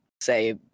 say